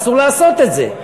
אסור לעשות את זה,